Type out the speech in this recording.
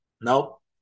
Nope